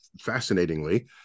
fascinatingly